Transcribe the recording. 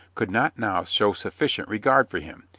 could not now show sufficient regard for him.